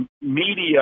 media